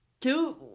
two